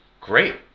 great